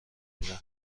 میدن